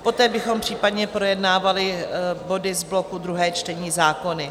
Poté bychom případně projednávali body z bloku Druhé čtení zákony.